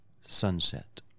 Sunset